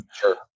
Sure